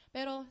Pero